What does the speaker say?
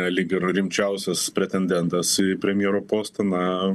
lyg ir rimčiausias pretendentas į premjero postą na